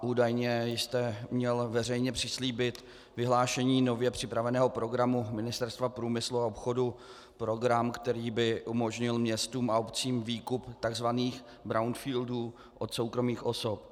Údajně jste měl veřejně přislíbit vyhlášení nově připraveného programu Ministerstva průmyslu a obchodu, program, který by umožnil městům a obcím výkup tzv. brownfieldů od soukromých osob.